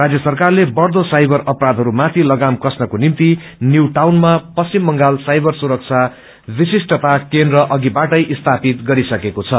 राजय सरकारले बढ़वो साइबर अपराथहरू माति लगाम कस्नको निम्ति न्यू टाउनमा पश्चिम बंगाल साइबर सुरक्षा विश्विद्या अघिबाटै स्थापित गरिसकेको छ